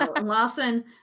lawson